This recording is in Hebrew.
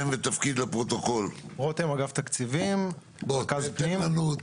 רותם, אגף תקציבים רכז פנים.